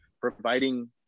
providing